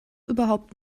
überhaupt